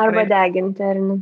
arba deginti ar ne